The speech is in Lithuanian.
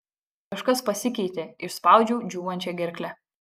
kažkas pasikeitė išspaudžiau džiūvančia gerkle